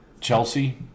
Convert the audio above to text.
Chelsea